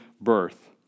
birth